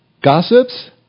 gossips